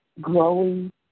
growing